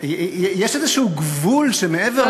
יש איזשהו גבול של ההיגיון הסביר.